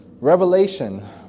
Revelation